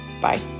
Bye